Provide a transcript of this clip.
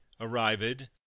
arrived